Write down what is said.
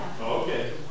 Okay